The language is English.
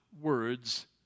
words